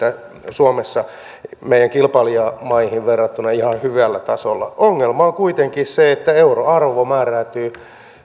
suomessa meidän kilpailijamaihin verrattuna ihan hyvällä tasolla ongelma on kuitenkin se että euron arvo määräytyy